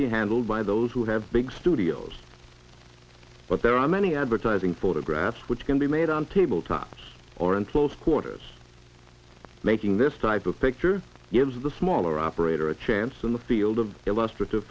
be handled by those who have big studios but there are many advertising photographs which can be made on table tops or and close quarters making this type of picture gives the smaller operator a chance in the field